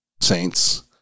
Saints